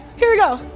here we go.